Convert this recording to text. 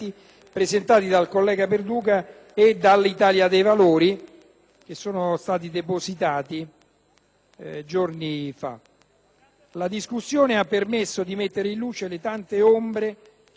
La discussione ha permesso di mettere in luce le tante ombre che l'accordo presenta. Voglio precisare che la posizione espressa non è strumentale o meramente ostruzionistica